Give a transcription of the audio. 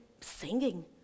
singing